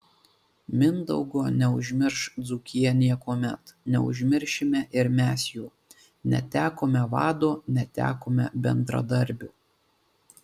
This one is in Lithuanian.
mindaugo neužmirš dzūkija niekuomet neužmiršime ir mes jo netekome vado netekome bendradarbio